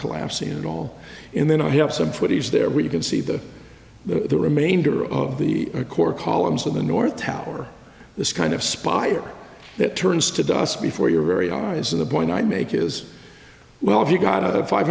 collapsing at all and then i have some footage there where you can see the the remainder of the core columns of the north tower this kind of spire that turns to dust before your very eyes in the point i make is well if you've got a five